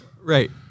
Right